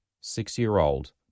six-year-old